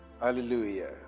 Hallelujah